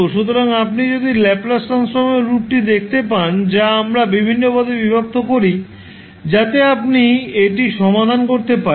সুতরাং আপনি যদি ল্যাপ্লাস ট্রান্সফর্মের রূপটি দেখতে পান যা আমরা বিভিন্ন পদে বিভক্ত করি যাতে আপনি এটি সমাধান করতে পারেন